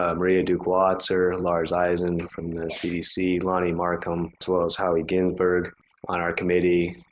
um maria diuk-wasser, lars eisen from the cdc, lonnie marcum, as well as howie ginsberg on our committee,